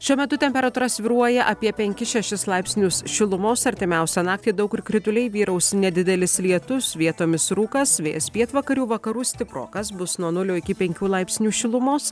šiuo metu temperatūra svyruoja apie penkis šešis laipsnius šilumos artimiausią naktį daug kur krituliai vyraus nedidelis lietus vietomis rūkas vėjas pietvakarių vakarų stiprokas bus nuo nulio iki penkių laipsnių šilumos